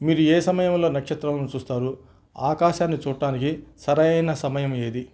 మీరు ఏ సమయంలో నక్షత్రాలను చూస్తారు ఆకాశాన్ని చూట్టానికి సరైన సమయం ఏది